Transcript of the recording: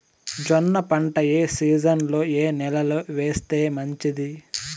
జొన్న పంట ఏ సీజన్లో, ఏ నెల లో వేస్తే మంచిది?